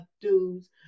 dudes